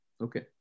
Okay